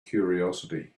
curiosity